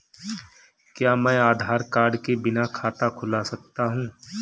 क्या मैं आधार कार्ड के बिना खाता खुला सकता हूं?